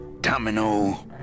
Domino